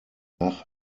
nach